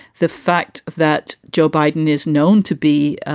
the fact that joe biden is known to be,